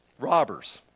Robbers